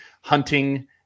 hunting